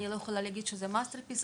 אני לא יכולה להגיש שזה איזה master piece,